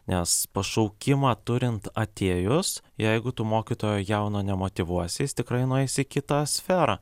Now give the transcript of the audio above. nes pašaukimą turint atėjus jeigu tu mokytojo jauno nemotyvuosi jis tikrai nueis į kitą sferą